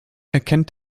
erkennt